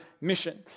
mission